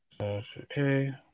Okay